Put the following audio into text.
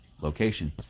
location